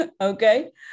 okay